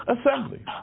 assembly